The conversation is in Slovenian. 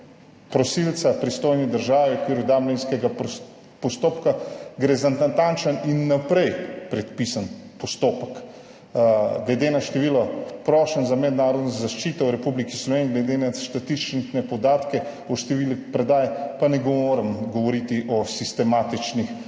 prosilca pristojni državi v okviru dublinskega postopka gre za natančen in vnaprej predpisan postopek. Glede na število prošenj za mednarodno zaščito v Republiki Sloveniji, glede na statistične podatke o številu predaj pa ne morem govoriti o sistematičnih